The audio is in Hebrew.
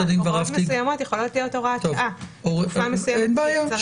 הוראות מסוימות יכולות להיות- -- אין בעיה.